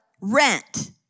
rent